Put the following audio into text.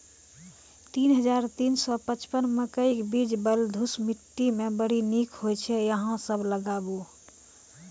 तीन हज़ार तीन सौ पचपन मकई के बीज बलधुस मिट्टी मे बड़ी निक होई छै अहाँ सब लगाबु?